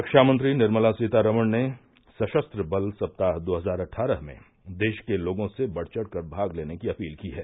रक्षा मंत्री निर्मला सीतारमण ने सशस्त्र बल सप्ताह दो हजार अट्ठारह में देश के लोगों से बढ़ चढ़कर भाग लेने की अपील की है